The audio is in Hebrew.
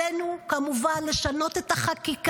עלינו לשנות כמובן את החקיקה,